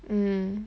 mm